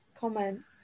comment